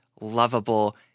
lovable